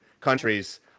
countries